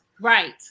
Right